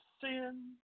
sin